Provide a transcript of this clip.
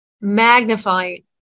magnifying